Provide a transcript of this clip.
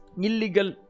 illegal